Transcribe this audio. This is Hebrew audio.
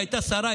שהייתה שרה,